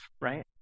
right